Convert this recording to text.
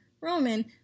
Roman